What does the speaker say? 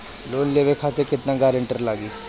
Loan लेवे खातिर केतना ग्रानटर लागी?